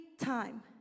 time